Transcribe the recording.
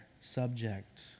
subject